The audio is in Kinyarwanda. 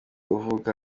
uvuka